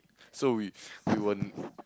so we we were